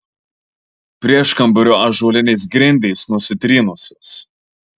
prieškambario ąžuolinės grindys nusitrynusios